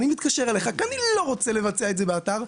אני מתקשר אליך כי אני לא רוצה לבצע את זה באתר,